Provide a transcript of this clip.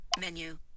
Menu